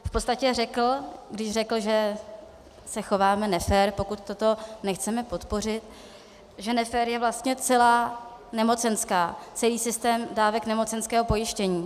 V podstatě řekl, když řekl, že se chováme nefér, pokud toto nechceme podpořit, že nefér je vlastně celá nemocenská, celý systém dávek nemocenského pojištění.